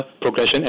progression